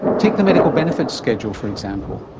take the medical benefits schedule for example,